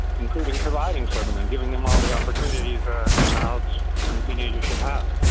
including providing for them and giving them all the opportunities a child and a teenager should have.